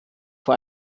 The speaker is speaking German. vor